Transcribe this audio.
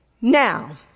Now